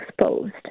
exposed